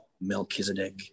Melchizedek